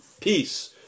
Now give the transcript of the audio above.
peace